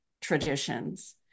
traditions